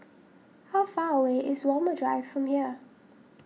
how far away is Walmer Drive from here